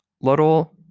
Little